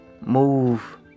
Move